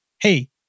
hey